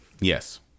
yes